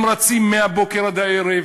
הם רצים מהבוקר עד הערב.